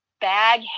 bag